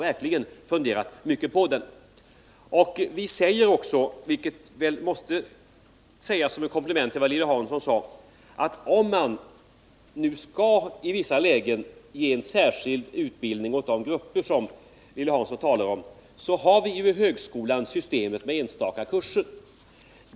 Vi påpekar också — vilket måste nämnas som ett komplement till det Lilly Hansson sade — att om man nu i vissa lägen skall ge de grupper Lilly Hansson talar om en särskild utbildning, så har vi ju inom högskolan systemet med enstaka kurser.